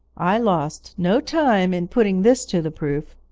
i lost no time in putting this to the proof.